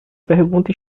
pergunta